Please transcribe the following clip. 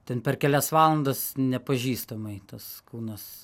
ten per kelias valandas nepažįstamai tas kūnas